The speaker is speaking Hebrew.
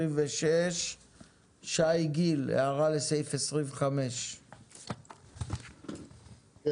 26. שי גיל, הערה לסעיף 25. כן.